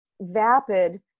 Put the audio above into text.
vapid